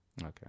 okay